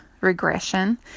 regression